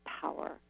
power